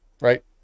Right